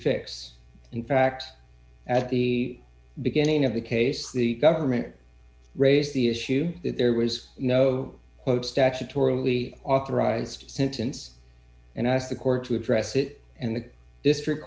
fix in fact at the beginning of the case the government raised the issue that there was no hope statutorily authorized sentence and i asked the court to address it and the district